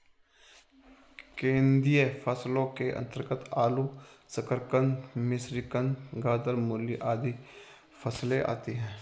कंदीय फसलों के अंतर्गत आलू, शकरकंद, मिश्रीकंद, गाजर, मूली आदि फसलें आती हैं